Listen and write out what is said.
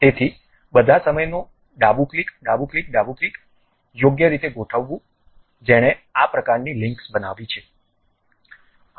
તેથી બધા સમયનો ડાબું ક્લિક ડાબું ક્લિક ડાબું ક્લિક યોગ્ય રીતે ગોઠવવું જેણે આ પ્રકારની લિંક્સ બનાવી છે